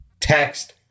text